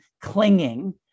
clinging